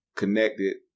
connected